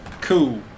Cool